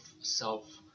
self